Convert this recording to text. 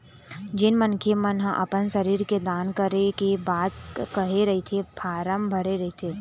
जेन मनखे मन ह अपन शरीर के दान करे के बात कहे रहिथे फारम भरे रहिथे